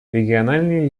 региональные